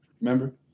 Remember